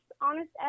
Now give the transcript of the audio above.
Honest